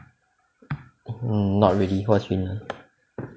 not really what's 云南